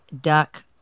duck